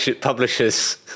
publishers